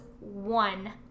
one